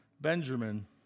Benjamin